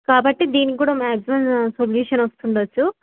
కాబట్టి దీనికి కూడా మ్యాగ్జిమం సొల్యూషన్ వస్తుండవచ్చు